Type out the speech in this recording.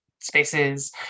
spaces